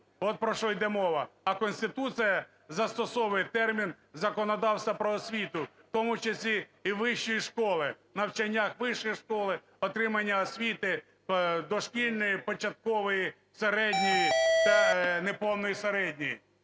от про що йде мова. А Конституція застосовує термін "законодавство про освіту", в тому числі і вищої школи – навчання у вищій школі, отримання освіти дошкільної, початкової, середньої та неповної середньої.